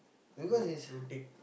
blue blue tick